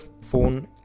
phone